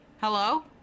Hello